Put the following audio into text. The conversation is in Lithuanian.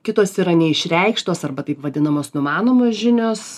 kitos yra neišreikštos arba taip vadinamos numanomos žinios